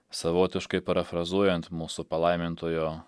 savotiškai parafrazuojant mūsų palaimintojo